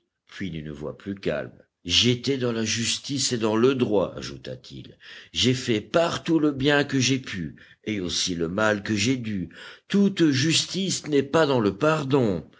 puis d'une voix plus calme j'étais dans la justice et dans le droit ajouta-t-il j'ai fait partout le bien que j'ai pu et aussi le mal que j'ai dû toute justice n'est pas dans le pardon